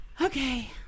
Okay